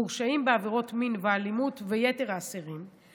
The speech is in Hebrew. מורשעים בעבירות מין ואלימות ויתר האסירים,